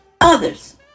others